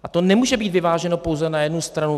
A to nemůže být vyváženo pouze na jednu stranu.